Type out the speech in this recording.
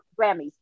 Grammys